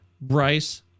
Bryce